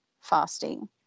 fasting